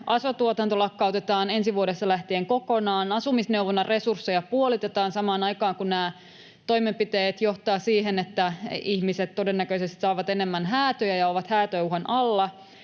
aso-tuotanto lakkautetaan ensi vuodesta lähtien kokonaan, asumisneuvonnan resursseja puolitetaan samaan aikaan, kun nämä toimenpiteet johtavat siihen, että ihmiset todennäköisesti saavat enemmän häätöjä ja ovat häätöuhan alla,